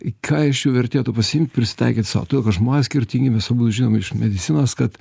į ką iš jų vertėtų pasiimt prisitaikyt sau todėl kad žmonės skirtingi mes abu žinom iš medicinos kad